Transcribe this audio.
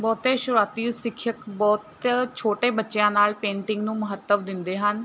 ਬਹੁਤੇ ਸ਼ੁਰੂਆਤੀ ਸਿੱਖਿਅਕ ਬਹੁਤ ਛੋਟੇ ਬੱਚਿਆਂ ਨਾਲ਼ ਪੇਂਟਿੰਗ ਨੂੰ ਮਹੱਤਵ ਦਿੰਦੇ ਹਨ